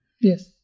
Yes